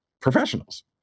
professionals